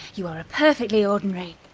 you are a perfectly ordinary,